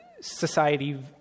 society